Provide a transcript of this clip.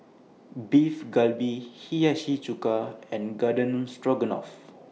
Beef Galbi Hiyashi Chuka and Garden Stroganoff